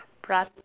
prat~